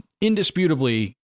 indisputably